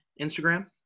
Instagram